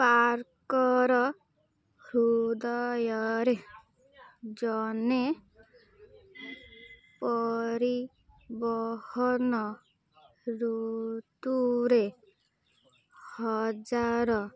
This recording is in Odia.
ପାର୍କର ହୃଦୟରେ ଜଣେ ପରିବହନ ଋତୁରେ ହଜାର